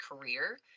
career